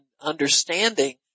understanding